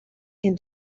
can